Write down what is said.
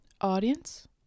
Audience